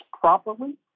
properly